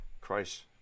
Christ